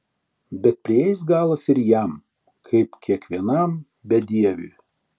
bet prieis galas ir jam kaip kiekvienam bedieviui